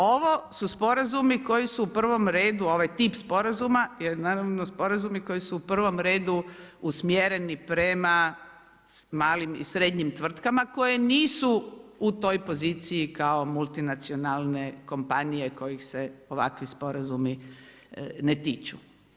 Ovo su sporazumi koji su u prvom redu, ovaj tip sporazuma, je naravno sporazumi koji su u prvom redu usmjereni prema malim i srednjim tvrtkama koje nisu u toj poziciji kao multinacionalne kompanije kojih se ovakvi sporazumi ne tiču.